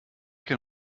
can